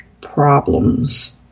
problems